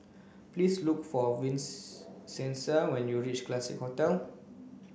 please look for when you reach Classique Hotel